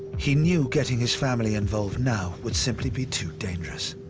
he knew getting his family involved now would simply be too dangerous.